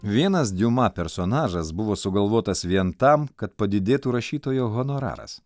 vienas diuma personažas buvo sugalvotas vien tam kad padidėtų rašytojo honoraras